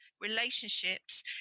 Relationships